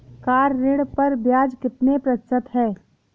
Car ऋण पर ब्याज कितने प्रतिशत है?